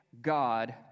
God